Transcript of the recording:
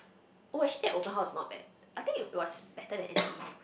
oh actually at open house is not bad I think it was better than N_T_U